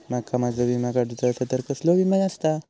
माका माझो विमा काडुचो असा तर कसलो विमा आस्ता?